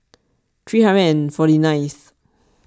three hundred and forty nineth